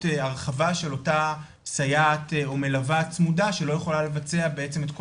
הרחבה של אותה סייעת ומלווה צמודה שלא יכולה לבצע את כל